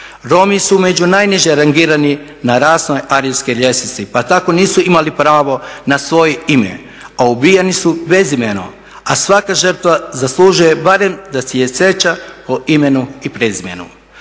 Romi su među najniže rangirani na rasnoj arijevskoj ljestvici pa tako nisu imali pravo na svoje ime, a ubijeni su bezimeno, a svaka žrtva zaslužuje barem da je se sjeća po imenu i prezimenu.